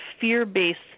fear-based